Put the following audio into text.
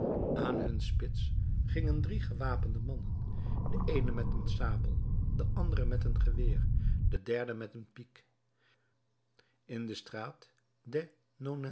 aan hun spits gingen drie gewapende mannen de eene met een sabel de andere met een geweer de derde met een piek in de straat